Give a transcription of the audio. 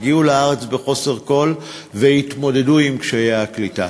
שהגיעו לארץ בחוסר כול והתמודדו עם קשיי הקליטה.